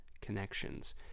Connections